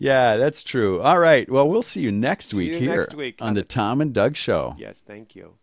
yeah that's true all right well we'll see you next week on the tom and doug show thank you